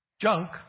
junk